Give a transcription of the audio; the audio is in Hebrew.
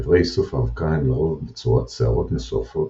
איברי איסוף האבקה הם לרוב בצורת שערות מסועפות,